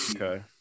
Okay